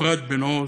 אפרת בן-עוז,